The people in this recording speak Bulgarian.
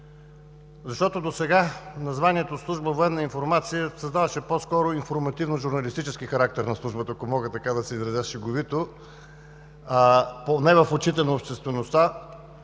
Досега названието Служба „Военна информация“ създаваше по-скоро информативно-журналистически характер на Службата, ако мога така да се изразя шеговито, поне в очите на обществеността.